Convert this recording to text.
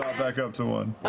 back up to one.